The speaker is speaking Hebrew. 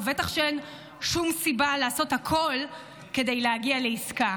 ובטח שאין שום סיבה לעשות הכול כדי להגיע לעסקה.